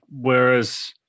whereas